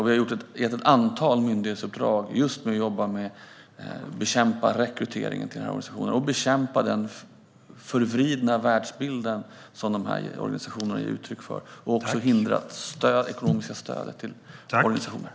Vi har gett ett antal myndighetsuppdrag som handlar om att bekämpa rekryteringen till dessa organisationer och bekämpa den förvridna världsbild som dessa organisationer ger uttryck för. Det handlar också om att hindra det ekonomiska stödet till organisationerna.